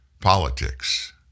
politics